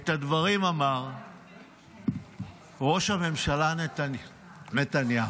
את הדברים אמר ראש הממשלה נתניהו.